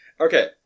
Okay